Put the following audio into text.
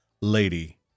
lady